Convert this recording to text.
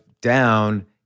down